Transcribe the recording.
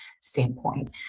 standpoint